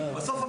בסוף,